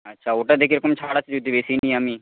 আচ্ছা ওটাতে কীরকম ছাড় আছে যদি বেশি নিই আমি